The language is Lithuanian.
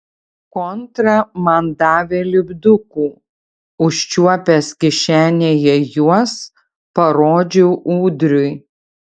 kontra man davė lipdukų užčiuopęs kišenėje juos parodžiau ūdriui